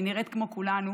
היא נראית כמו כולנו,